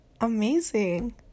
amazing